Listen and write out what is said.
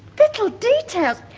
little details!